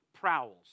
prowls